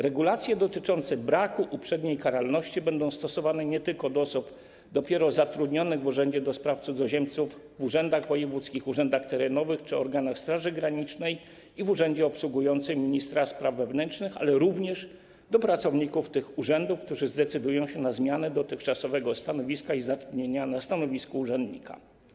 Regulacje dotyczące braku uprzedniej karalności będą stosowane nie tylko do osób dopiero zatrudnionych w urzędzie do spraw cudzoziemców, w urzędach wojewódzkich, w urzędach terenowych czy w organach Straży Granicznej i w urzędzie obsługującym ministra spraw wewnętrznych, ale również do pracowników tych urzędów, którzy zdecydują się na zmianę dotychczasowego stanowiska i zatrudnienie na stanowisku urzędnika.